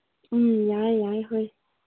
ꯎꯝ ꯌꯥꯏ ꯌꯥꯏ ꯍꯣꯏ